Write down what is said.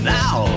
now